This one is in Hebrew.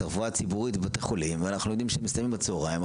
את הרפואה הציבורית בבתי חולים ואנחנו יודעים שהם מסתיימים בצהריים,